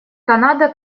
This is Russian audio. канада